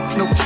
no